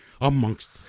Amongst